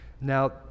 Now